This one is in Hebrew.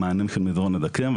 מענים של מיזעור נזקים,